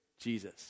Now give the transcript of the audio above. Jesus